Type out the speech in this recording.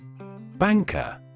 Banker